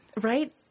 right